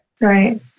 Right